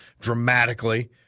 dramatically